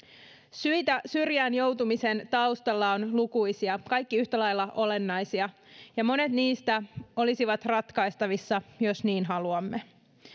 syitä syrjään joutumisen taustalla on lukuisia kaikki yhtä lailla olennaisia ja monet niistä olisivat ratkaistavissa jos niin haluamme